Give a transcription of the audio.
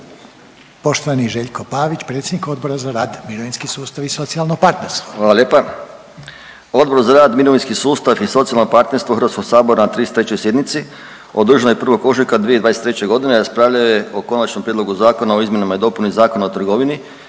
Poštovani Željko Pavić predsjednik Odbora za rad, mirovinski sustav i socijalno partnerstvo. **Pavić, Željko (Socijaldemokrati)** Hvala lijepa. Odbor za rad, mirovinski sustav i socijalno partnerstvo HS-a na 33. sjednici održanoj 1. ožujka 2023.g. raspravljao je o Konačnom prijedlogu Zakona o izmjenama i dopuni Zakona o trgovini